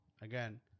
Again